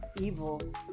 evil